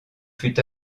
fut